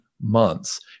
months